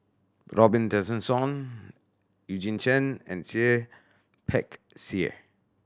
Robin Tessensohn Eugene Chen and Seah Peck Seah